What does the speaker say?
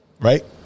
right